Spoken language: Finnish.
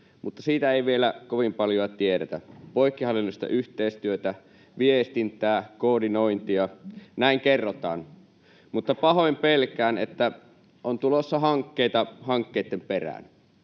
mutta siitä ei vielä kovin paljoa tiedetä. Poikkihallinnollista yhteistyötä, viestintää, koordinointia — näin kerrotaan, mutta pahoin pelkään, että on tulossa hankkeita hankkeitten perään.